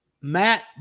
Matt